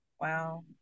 Wow